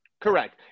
Correct